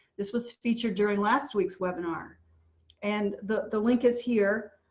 this was featured during last week's webinar and the the link is here.